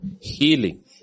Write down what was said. Healing